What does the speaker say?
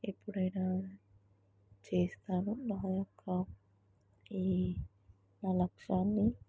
ఎప్పుడైనా చేస్తాను నా యొక్క ఈ నా లక్ష్యాన్ని